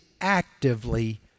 actively